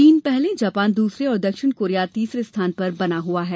चीन पहले जापान दूसरे और दक्षिण कोरिया तीसरे स्था न पर बना हुआ है